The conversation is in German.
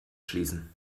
schließen